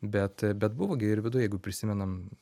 bet bet buvo gi ir viduj jeigu prisimenam